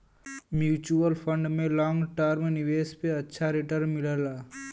mutual fund में long term निवेश पे अच्छा रीटर्न मिलला